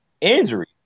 Injury